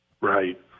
Right